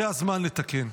זה הזמן לתקן.